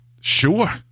sure